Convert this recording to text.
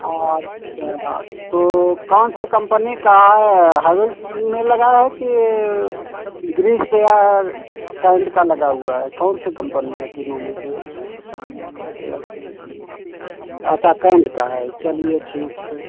अच्छा तो कौन सी कंपनी का है हैवेल्स में लगा है कि ग्रीस या कैंट का लगा हुआ है कौन सी कंपनी है तीनो में से अच्छा कैंट का है चलिए ठीक है